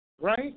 right